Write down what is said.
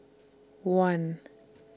one